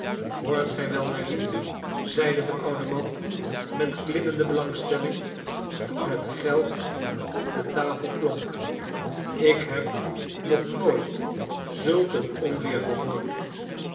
hoort gij wel nelly zeide de oude man met klimmende belangstelling toen het geld op de tafel klonk ik heb nog nooit zulk een onweer gehoord